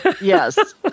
Yes